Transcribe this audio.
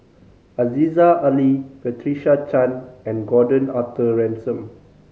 Aziza Ali Patricia Chan and Gordon Arthur Ransome